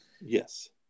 Yes